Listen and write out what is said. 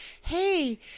Hey